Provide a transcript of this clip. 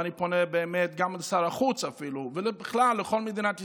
ואני פונה באמת גם לשר החוץ אפילו ובכלל לכל מדינת ישראל: